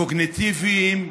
קוגניטיביים,